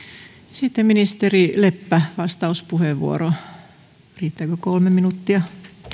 sitten ministeri leppä vastauspuheenvuoro riittääkö kolme minuuttia